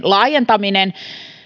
laajentaminen